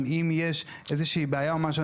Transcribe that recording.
גם אם יש איזה שהיא בעיה או משהו,